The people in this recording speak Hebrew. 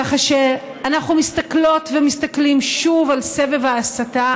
ככה שאנחנו מסתכלות ומסתכלים שוב על סבב ההסתה